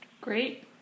Great